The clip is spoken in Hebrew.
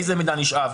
איזה מידע נשאב,